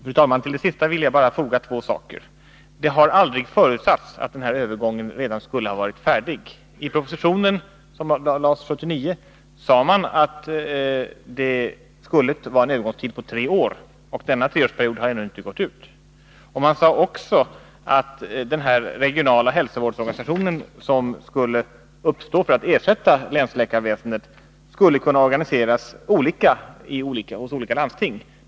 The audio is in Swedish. Fru talman! Till det senaste vill jag bara foga två saker. Det har aldrig förutsatts att den här övergången redan skulle vara färdig. I propositionen, som lades fram 1979, sade man att det skulle vara en övergångstid på tre år. Denna treårsperiod har ännu inte gått ut. Dessutom sade man att den regionala hälsovårdsorganisation som skulle uppstå för att ersätta länsläkarväsendet skulle kunna organiseras olika hos olika landsting.